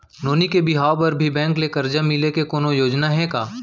नोनी के बिहाव बर भी बैंक ले करजा मिले के कोनो योजना हे का?